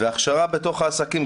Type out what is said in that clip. וההכשרה בתוך העסקים,